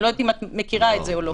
אני לא יודעת אם את מכירה את זה או לא.